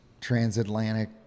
transatlantic